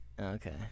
Okay